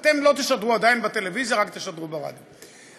אתם לא תשדרו עדיין בטלוויזיה, תשדרו רק ברדיו.